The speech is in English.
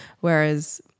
whereas